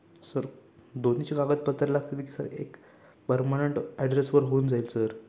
sir दोन्हीची कागदपत्रे लागतील की सर एक परमनंट ॲड्रेसवर होऊन जाईल सर